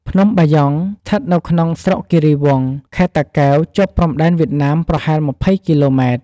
ភ្នំបាយ៉ងស្ថិតនៅក្នុងស្រុកគិរីវង់ ខេត្តតាកែវ ជាប់ព្រំដែនវៀតណាមប្រហែល ២០គីឡូម៉ែត្រ។